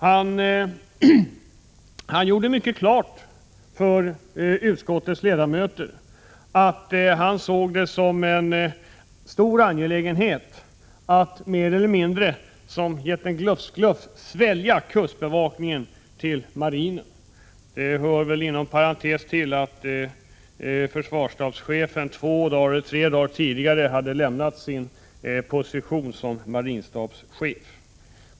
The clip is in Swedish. Han gjorde i hög grad klart för utskottets ledamöter att han såg det som en stor angelägenhet att mer eller mindre som jätten Gluff gluff svälja kustbevakningen till marinen. Det hör väl inom parentes till att försvarsstabschefen två eller tre dagar tidigare hade lämnat sin position som marinstabschef.